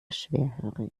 schwerhörig